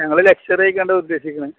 ഞങ്ങള് ലക്ഷ്വറിയാണ് ഉദ്ദേശിക്കുന്നത്